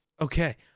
Okay